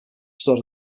stored